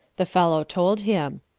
the fellow told him.